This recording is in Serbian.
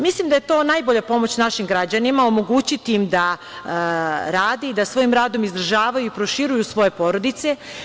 Mislim da je to najbolja pomoć našim građanima, omogućiti im da rade i da svojim radom izdržavaju i proširuju svoje porodice.